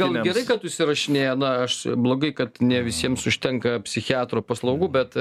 gal gerai kad užsirašinėja na aš blogai kad ne visiems užtenka psichiatro paslaugų bet